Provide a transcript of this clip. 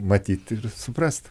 matyt ir suprast